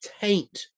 taint